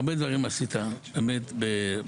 שמעתי את כולם מאלה שקוראים להם בשמות